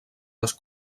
les